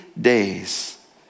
days